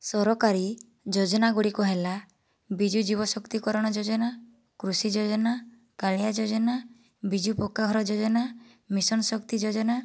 ସରକାରୀ ଯୋଜନା ଗୁଡ଼ିକ ହେଲା ବିଜୁ ଯୁବ ଶକ୍ତିକରଣ ଯୋଜନା କୃଷି ଯୋଜନା କାଳିଆ ଯୋଜନା ବିଜୁ ପକ୍କା ଘର ଯୋଜନା ମିଶନ ଶକ୍ତି ଯୋଜନା